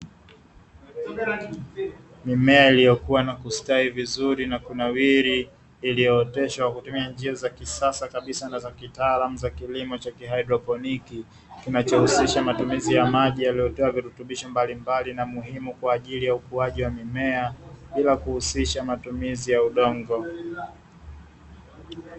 Mimea aliyekuwa na kustawi vizuri na kunawiri, iliyooteshwa kutumia njia za kisasa kabisa za kitaalamu za kilimo cha haidroponi kinachohusisha matumizi ya maji yaliyo na virutubisho mbalimbali na muhimu kwa ajili ya ukuaji wa mimea bila kuhusisha matumizi ya udongo.